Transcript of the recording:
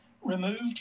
removed